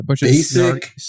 basic